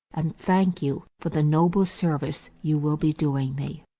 and thank you for the noble service you will be doing me.